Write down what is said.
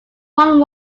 one